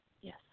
Yes